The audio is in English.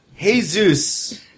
Jesus